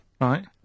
Right